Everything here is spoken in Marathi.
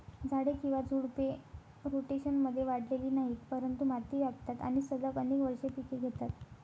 झाडे किंवा झुडपे, रोटेशनमध्ये वाढलेली नाहीत, परंतु माती व्यापतात आणि सलग अनेक वर्षे पिके घेतात